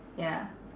ya